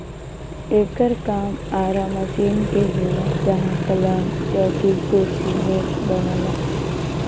एकर काम आरा मशीन पे होला जहां पलंग, चौकी, कुर्सी मेज बनला